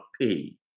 pay